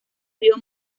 río